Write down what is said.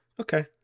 Okay